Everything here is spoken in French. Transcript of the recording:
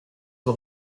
vos